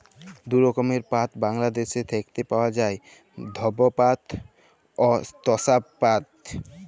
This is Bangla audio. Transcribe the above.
দু রকমের পাট বাংলাদ্যাশে দ্যাইখতে পাউয়া যায়, ধব পাট অ তসা পাট